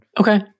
Okay